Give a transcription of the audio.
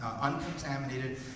uncontaminated